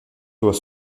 doit